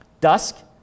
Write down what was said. Dusk